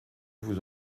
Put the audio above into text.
vous